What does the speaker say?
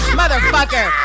motherfucker